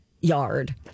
yard